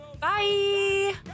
bye